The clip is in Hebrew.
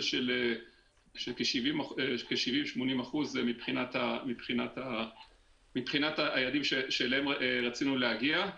של כ-70% 80% מבחינת היעדים שאליהם רצינו להגיע.